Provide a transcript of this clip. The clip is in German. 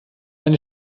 eine